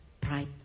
pride